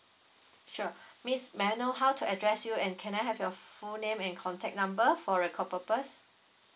sure miss may I know how to address you and can I have your full name and contact number for record purpose